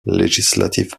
legislative